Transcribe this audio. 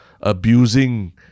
abusing